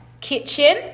Kitchen